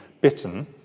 bitten